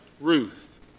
Ruth